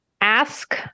Ask